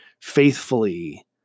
Faithfully